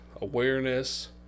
Awareness